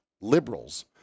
liberals